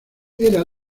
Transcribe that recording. era